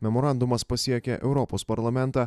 memorandumas pasiekė europos parlamentą